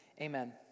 Amen